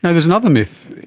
there's another myth,